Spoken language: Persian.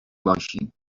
باشیم